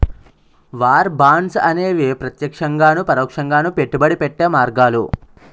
war bonds అనేవి ప్రత్యక్షంగాను పరోక్షంగాను పెట్టుబడి పెట్టే మార్గాలు